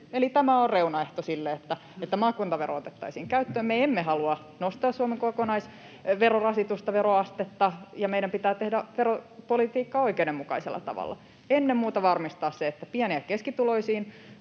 eli tämä on reunaehto sille, että maakuntavero otettaisiin käyttöön. Me emme halua nostaa Suomen kokonaisverorasitusta, ‑veroastetta, ja meidän pitää tehdä veropolitiikkaa oikeudenmukaisella tavalla ja ennen muuta varmistaa se, että pieni‑ ja keskituloisiin